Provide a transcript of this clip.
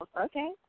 Okay